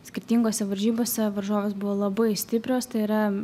skirtingose varžybose varžovės buvo labai stiprios tai yra